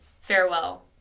Farewell